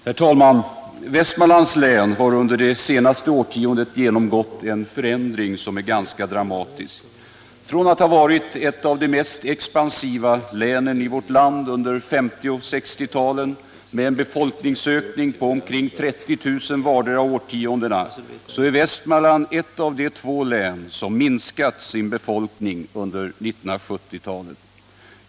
Herr talman! Västmanlands län har under det senaste årtiondet undergått en förändring som är ganska dramatisk. Från att ha varit ett av de mest expansiva länen i vårt land under 1950 och 1960-talen med en befolkningsökning på omkring 30 000 vartdera årtiondet, så är Västmanland i dag ett av de två län som fått en minskad befolkning under 1970-talet.